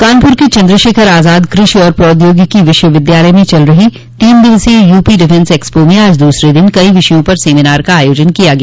कानपुर के चन्द्रशेखर आजाद कृषि एवं प्रौद्योगिकी विश्वविद्यालय में चल रही तीन दिवसीय यूपी डिफेंस एक्सपो में दूसरे दिन आज कई विषयों पर सेमिनार का आयोजन किया गया